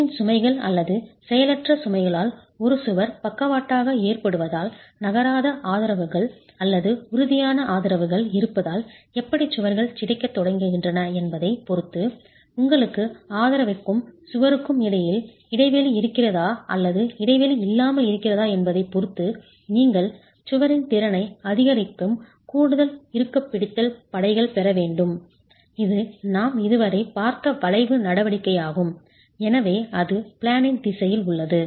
காற்றின் சுமைகள் அல்லது செயலற்ற சுமைகளால் ஒரு சுவர் பக்கவாட்டாக ஏற்றப்படுவதால் நகராத ஆதரவுகள் அல்லது உறுதியான ஆதரவுகள் இருப்பதால் எப்படி சுவர்கள் சிதைக்கத் தொடங்குகின்றன என்பதைப் பொறுத்து உங்களுக்கு ஆதரவுக்கும் சுவருக்கும் இடையில் இடைவெளி இருக்கிறதா அல்லது இடைவெளி இல்லாமல் இருக்கிறதா என்பதைப் பொறுத்து நீங்கள் சுவரின் திறனை அதிகரிக்கும் கூடுதல் இறுகப்பிடித்தல் படைகள் பெற முடியும் இது நாம் இதுவரை பார்த்த வளைவு நடவடிக்கையாகும் எனவே அது பிளேனின் திசையில் உள்ளது